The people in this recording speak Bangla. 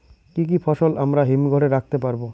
কি কি ফসল আমরা হিমঘর এ রাখতে পারব?